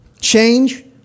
change